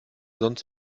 sonst